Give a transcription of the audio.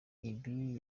ibi